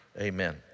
Amen